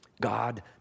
God